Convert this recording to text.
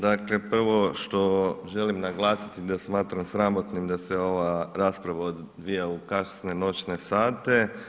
Dakle, prvo što želim naglasiti da smatram sramotnim da se ova rasprava odvija u kasne noćne sate.